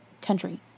country